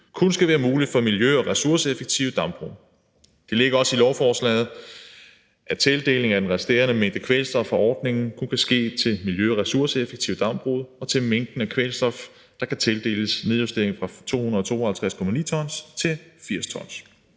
kun skal være muligt for miljø- og ressourceeffektive dambrug. Det ligger også i lovforslaget, at tildelingen af den resterende mængde kvælstof fra ordningen kun kan ske til miljø- og ressourceeffektive dambrug, og mængden af kvælstof, der kan tildeles, nedjusteres fra 252,9 t til 80 t.